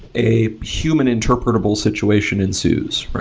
a human interpretable situation ensues.